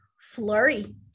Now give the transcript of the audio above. flurry